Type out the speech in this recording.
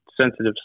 Sensitive